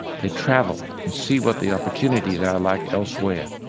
they travel and see what the opportunities are like elsewhere.